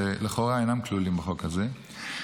שלכאורה אינם כלולים בחוק הזה,